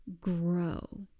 grow